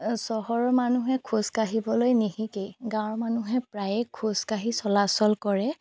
চহৰৰ মানুহে খোজকাঢ়িবলৈ নিশিকেই গাঁৱৰ মানুহে প্ৰায়ে খোজকাঢ়ি চলাচল কৰে